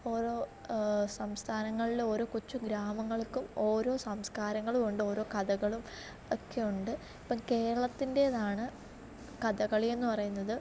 ഓരോ സംസ്ഥാനങ്ങളിലെ ഓരോ കൊച്ചു ഗ്രാമങ്ങൾക്കും ഓരോ സംസ്കാരങ്ങളും ഉണ്ട് ഓരോ കഥകളും ഒക്കെയുണ്ട് ഇപ്പം കേരളത്തിൻ്റെതാണ് കഥകളി എന്ന് പറയുന്നത്